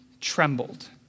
trembled